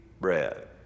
bread